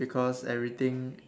because everything